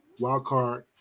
Wildcard